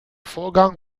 vorgang